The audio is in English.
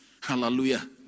Hallelujah